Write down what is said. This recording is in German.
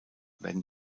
werden